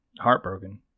heartbroken